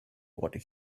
what